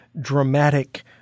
dramatic